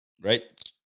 right